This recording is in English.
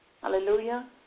hallelujah